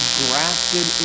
grafted